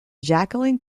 jacqueline